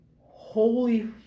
Holy